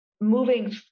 moving